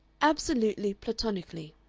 absolutely platonically,